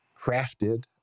crafted